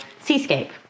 seascape